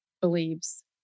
believes